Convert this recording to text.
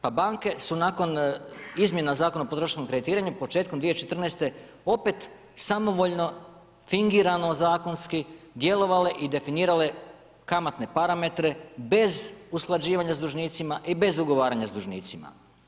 Pa banke su nakon izmjena Zakona o potrošačkom kreditiranju početkom 2014. opet samovoljno fingirano zakonski djelovale i definirale kamatne parametre bez usklađivanja s dužnicima i bez ugovaranja s dužnicima.